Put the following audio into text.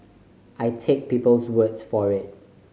I take people's words for it